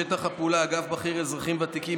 שטח הפעולה: אגף בכיר אזרחים ותיקים,